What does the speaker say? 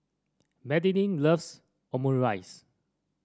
Madeline loves Omurice